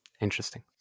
interesting